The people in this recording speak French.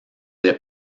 les